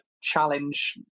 challenge